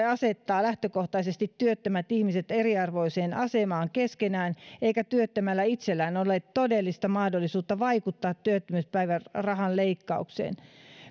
asettaa lähtökohtaisesti työttömät ihmiset eriarvoiseen asemaan keskenään eikä työttömällä itsellään ole todellista mahdollisuutta vaikuttaa työttömyyspäivärahan leikkaukseen